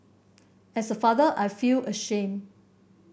as a father I feel ashamed